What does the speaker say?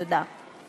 תודה.